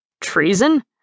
Treason